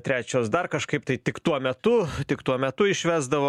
trečios dar kažkaip tai tik tuo metu tik tuo metu išvesdavo